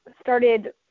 Started